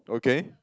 okay